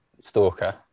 Stalker